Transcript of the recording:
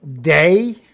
day